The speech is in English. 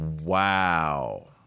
Wow